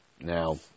Now